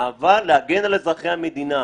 אבל להגן על אזרחי המדינה.